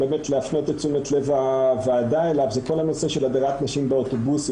להפנות את תשומת לב הוועדה אליו זה כל הנושא של הדרת נשים באוטובוסים.